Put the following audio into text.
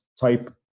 type